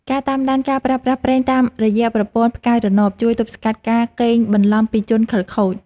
ការតាមដានការប្រើប្រាស់ប្រេងតាមរយៈប្រព័ន្ធផ្កាយរណបជួយទប់ស្កាត់ការកេងបន្លំពីជនខិលខូច។